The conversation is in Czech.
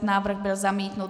Návrh byl zamítnut.